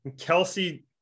Kelsey